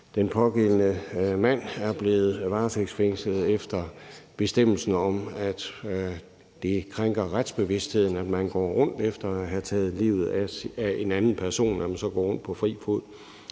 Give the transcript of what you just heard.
den pågældende mand er blevet varetægtsfængslet efter bestemmelsen om, at det krænker retsbevidstheden, at man går rundt på fri fod efter at have taget livet af en anden person. Der kan man jo godt